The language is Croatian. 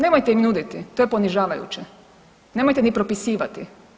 Nemojte im nuditi, to je ponižavajuće, nemojte ni propisivati.